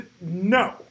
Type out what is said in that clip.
No